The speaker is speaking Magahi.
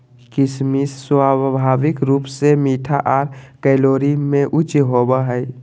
किशमिश स्वाभाविक रूप से मीठा आर कैलोरी में उच्च होवो हय